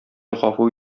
гафу